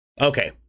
okay